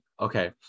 Okay